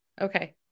okay